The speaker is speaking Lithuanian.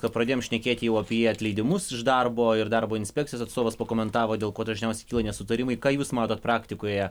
pradėjom šnekėti jau apie atleidimus iš darbo ir darbo inspekcijos atstovas pakomentavo dėl ko dažniausiai kyla nesutarimai ką jūs matot praktikoje